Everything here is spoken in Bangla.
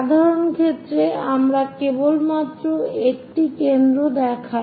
সাধারণ ক্ষেত্রে আমরা কেবলমাত্র একটি কেন্দ্র দেখাই